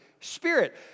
spirit